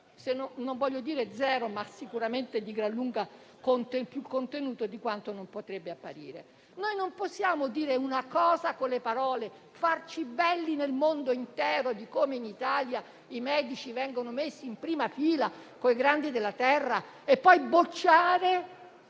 non voglio dire pari a zero, ma sicuramente di gran lunga più contenuto di quanto non potrebbe apparire. Non possiamo dire una cosa con le parole, farci belli nel mondo intero di come in Italia i medici vengono messi in prima fila con i grandi della Terra, e poi bocciare